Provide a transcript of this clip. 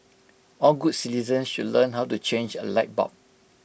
all good citizens should learn how to change A light bulb